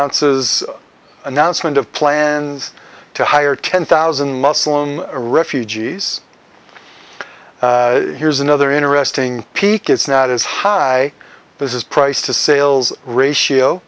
announces announcement of plans to hire ten thousand muslim refugees here's another interesting peek it's not as high this is price to sales ratio